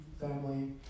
family